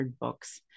books